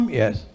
yes